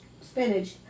spinach